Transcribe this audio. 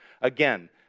Again